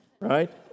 right